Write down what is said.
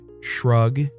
Shrug